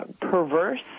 perverse